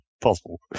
possible